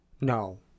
No